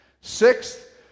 Sixth